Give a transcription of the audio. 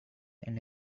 and